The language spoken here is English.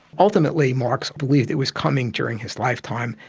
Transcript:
ultimately marx believed it was coming during his lifetime.